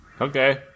Okay